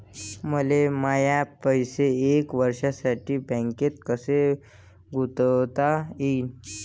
मले माये पैसे एक वर्षासाठी बँकेत कसे गुंतवता येईन?